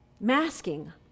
Masking